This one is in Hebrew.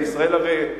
וישראל הרי,